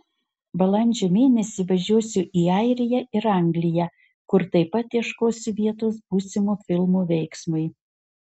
balandžio mėnesį važiuosiu į airiją ir angliją kur taip pat ieškosiu vietos būsimo filmo veiksmui